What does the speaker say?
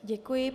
Děkuji.